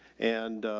and,